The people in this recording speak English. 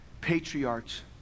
patriarchs